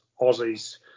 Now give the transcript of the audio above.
Aussie's